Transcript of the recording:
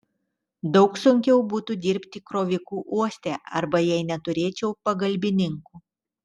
daug sunkiau būtų dirbti kroviku uoste arba jei neturėčiau pagalbininkų